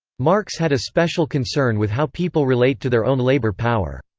marx had a special concern with how people relate to their own labour power.